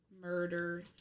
murder